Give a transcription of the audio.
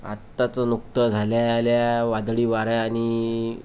आत्ताच नुकतं झालेल्या वादळी वारे आणि